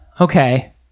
Okay